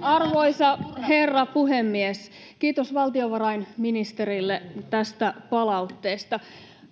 Arvoisa herra puhemies! Kiitos valtiovarainministerille tästä palautteesta.